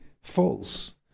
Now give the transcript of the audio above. false